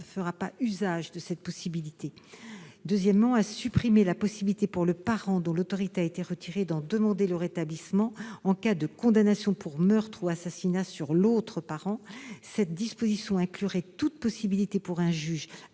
juge ne fera pas usage de cette possibilité. Par ailleurs, cet amendement tend à supprimer la possibilité pour le parent dont l'autorité parentale a été retirée d'en demander le rétablissement en cas de condamnation pour meurtre ou assassinat sur l'autre parent. Une telle disposition inclurait toute possibilité pour un juge